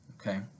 Okay